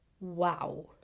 Wow